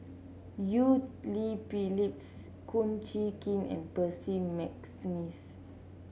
Eu Cheng Li Phyllis Kum Chee Kin and Percy McNeice